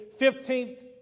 15th